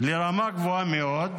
לרמה גבוהה מאוד,